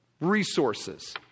resources